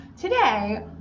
today